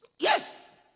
Yes